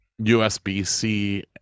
USB-C